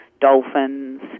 dolphins